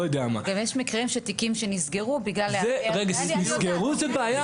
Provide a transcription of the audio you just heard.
יש גם מקרים של תיקים שנסגרו בגלל היעדר- -- נסגרו זו בעיה אחרת.